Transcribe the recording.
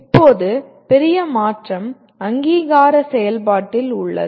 இப்போது பெரிய மாற்றம் அங்கீகார செயல்பாட்டில் உள்ளது